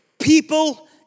People